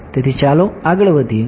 તેથી ચાલો આગળ વધીએ